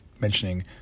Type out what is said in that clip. mentioning